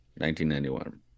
1991